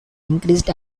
increased